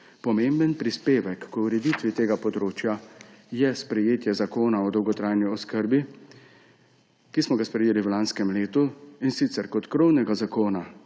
Pomemben prispevek k ureditvi tega področja je sprejetje Zakona o dolgotrajni oskrbi, ki smo ga sprejeli v lanskem letu, in sicer kot krovnega zakona